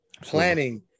planning